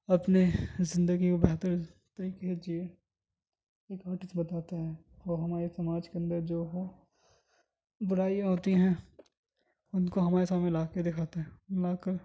اپنے زندگی کو بہتر طریقے سے جئیں ایک آرٹسٹ بتاتا ہے اور ہمارے سماج کے اندر جو ہو برائیاں ہوتی ہیں ان کو ہمارے سامنے لا کے دکھاتا ہے لا کر